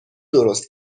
درست